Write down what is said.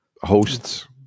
hosts